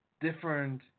different